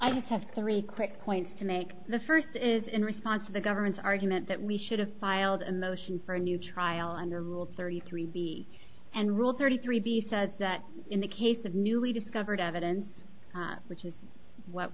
i have three quick points to make the first is in response to the government's argument that we should have filed a motion for a new trial under rule thirty three b and rule thirty three b says that in the case of newly discovered evidence which is what